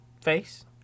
Face